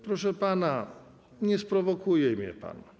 Proszę pana, nie sprowokuje mnie pan.